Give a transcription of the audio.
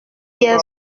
hier